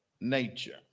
nature